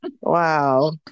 Wow